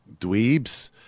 dweebs